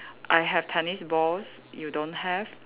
I have tennis balls you don't have